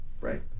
right